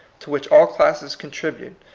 to which all classes contribute,